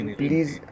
please